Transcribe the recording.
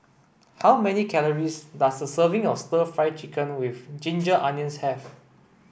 how many calories does a serving of stir fry chicken with ginger onions have